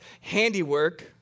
handiwork